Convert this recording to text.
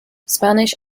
spanish